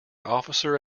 officer